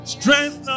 Strength